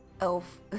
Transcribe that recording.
Elf